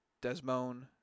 Desmond